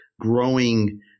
growing